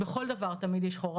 בכל דבר תמיד יש חור.